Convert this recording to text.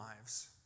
lives